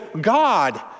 God